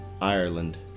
Ireland